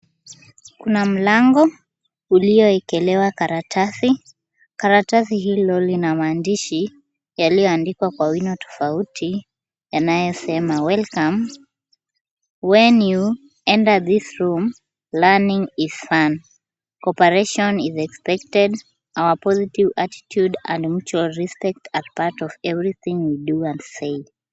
Kuna mlango uliowekelewa karatasi, karatasi hilo lina maandisha yaliyoandikwa kwa wino tofauti yanayosema, welcome when you enter this room, learning is fun cooperation is expected ourpositive attitude and mutua respect are part of everything we do and say